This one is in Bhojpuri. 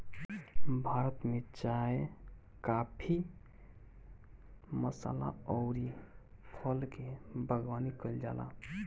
भारत में चाय, काफी, मसाला अउरी फल के बागवानी कईल जाला